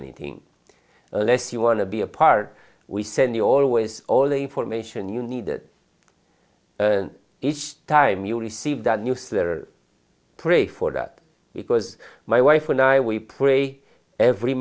anything unless you want to be a part we send you always all the information you need each time you receive the news or pray for that because my wife and i we pray every